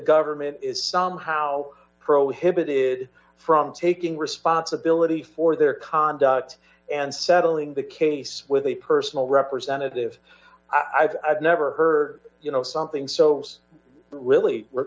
government is somehow prohibited from taking responsibility for their conduct and settling the case with a personal representative i've never heard you know something so really we're